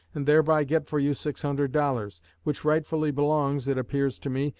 and thereby get for you six hundred dollars, which rightfully belongs, it appears to me,